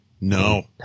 No